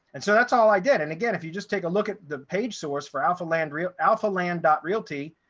and so that's all i did. and again, if you just take a look at the page source for alpha land, real alpha land ah realty,